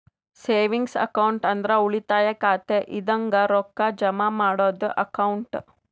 savings account ಅಂದ್ರ ಉಳಿತಾಯ ಖಾತೆ ಇದಂಗ ರೊಕ್ಕಾ ಜಮಾ ಮಾಡದ್ದು ಅಕೌಂಟ್